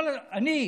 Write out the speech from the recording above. ביקשנו כל, אני.